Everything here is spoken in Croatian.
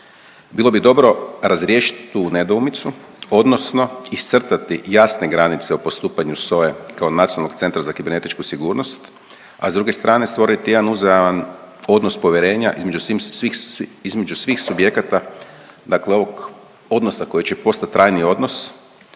Bilo bi dobro razriješiti tu nedoumicu, odnosno iscrtati jasne granice o postupanju SOA-e kao nacionalnog centra za kibernetičku sigurnost, a s druge strane, stvoriti jedan uzajaman odnos povjerenja između svih subjekata, dakle ovog odnosa koji će postati trajni odnos